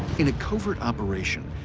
in a covert operation,